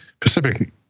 Pacific